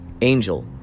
Angel